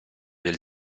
del